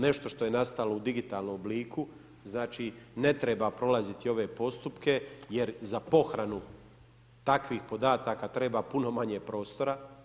Nešto što je nastalo u digitalnom obliku ne treba prolaziti ove postupke jer za pohranu takvih podataka treba puno manje prostora.